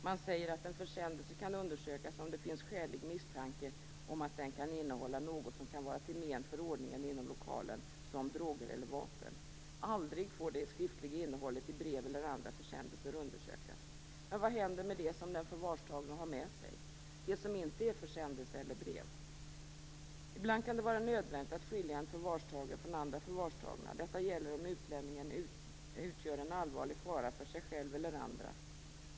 Man säger att en försändelse kan undersökas om det finns skälig misstanke om att den kan innehålla något som kan vara till men för ordningen inom lokalen, t.ex. droger eller vapen. Det skriftliga innehållet i brev eller andra försändelser får aldrig undersökas. Men vad händer med det som den förvarstagne har med sig - det som inte är försändelser eller brev? Ibland kan det vara nödvändigt att skilja en förvarstagen från andra förvarstagna. Detta gäller om utlänningen utgör en allvarlig fara för sig själv eller andra.